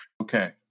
Okay